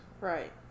right